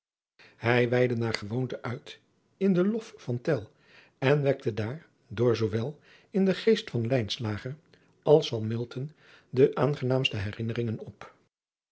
hij weidde naar gewoonte uit in den lof van tell en wekte daar door zoowel in den geest van lijnslager als van milton de aangenaamste herinneringen op